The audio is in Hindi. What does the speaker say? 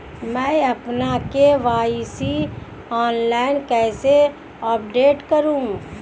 मैं अपना के.वाई.सी ऑनलाइन कैसे अपडेट करूँ?